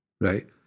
right